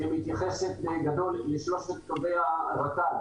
ומתייחסת בגדול לשלושת קווי ה ---,